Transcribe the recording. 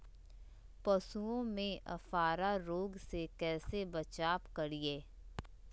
पशुओं में अफारा रोग से कैसे बचाव करिये?